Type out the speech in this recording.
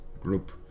group